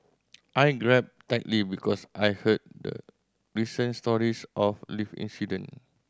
I grabbed tightly because I heard the recent stories of lift incident